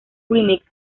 remix